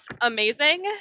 amazing